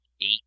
eight